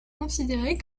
considéré